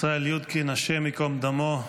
ישראל יודקין, השם ייקום דמו.